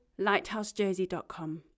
lighthousejersey.com